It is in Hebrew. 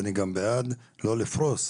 אני גם בעד לא לפרוס,